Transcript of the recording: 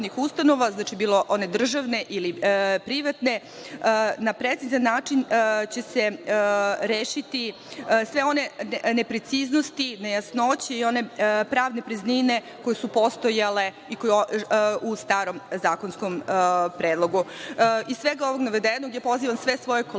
bilo one državne ili privatne, na precizan način će se rešiti sve one nepreciznosti, nejasnoće i one pravne praznine koje su postojale u starom zakonskom predlogu. Iz svega ovog navedenog, pozivam sve svoje kolege i